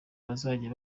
bazajya